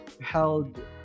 held